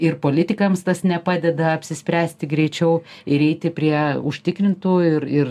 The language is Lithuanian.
ir politikams tas nepadeda apsispręsti greičiau ir eiti prie užtikrintų ir ir